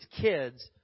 kids